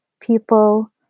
people